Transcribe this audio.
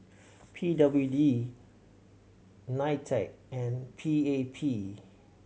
P W D NITEC and P A P